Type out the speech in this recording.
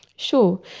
sure.